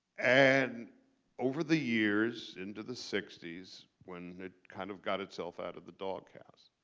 and over the years into the sixty s, when it kind of got itself out of the dog house,